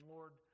Lord